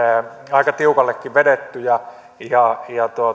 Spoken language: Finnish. aika tiukallekin vedettyjä ja ja